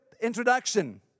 introduction